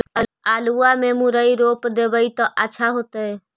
आलुआ में मुरई रोप देबई त अच्छा होतई?